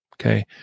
okay